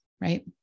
right